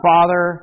Father